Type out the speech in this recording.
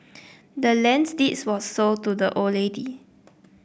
the land's deeds was sold to the old lady